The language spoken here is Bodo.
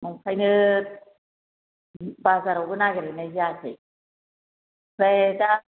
ओंखायनो बाजारावबो नागिरहैनाय जायाखै ओमफ्राय दा